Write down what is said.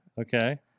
Okay